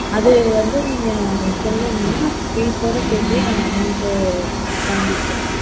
அது வந்து நீங்கள் ஃபீஸோட சேர்த்தே நாங்கள் அமௌன்ட்டு வாங்கிக்குவோங்க